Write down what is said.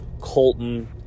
Colton